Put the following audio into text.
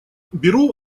беру